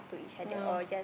no